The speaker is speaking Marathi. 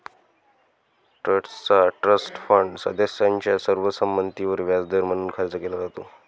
ट्रस्टचा ट्रस्ट फंड सदस्यांच्या सर्व संमतीवर व्याजदर म्हणून खर्च केला जातो